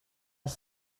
els